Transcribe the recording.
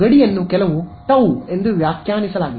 ಗಡಿಯನ್ನು ಕೆಲವು ಟೌ ಎಂದು ವ್ಯಾಖ್ಯಾನಿಸಲಾಗಿದೆ